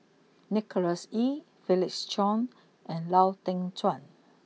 Nicholas Ee Felix Cheong and Lau Teng Chuan